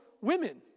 women